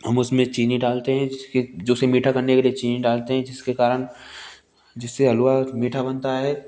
हम उसमें चीनी डालते हैं जो उसे मीठा करने के लिए चीनी डालते हैं जिसके कारण जिससे हलवा मीठा बनता है